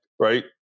right